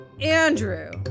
Andrew